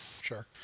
Sure